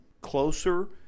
closer